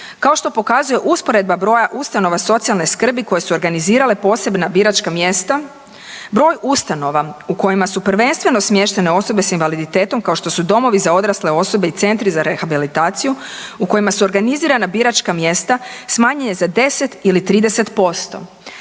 Kao što pokazuje usporedba broja ustanova socijalne skrbi koje su organizirale posebna biračka mjesta, broj ustanova u kojima su prvenstveno smještene osobe s invaliditetom kao što su domovi za odrasle osobe i centri za rehabilitaciju u kojima su organizirana biračka mjesta smanjuje za 10 ili 30%